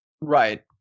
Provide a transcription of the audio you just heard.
Right